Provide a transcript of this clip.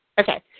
Okay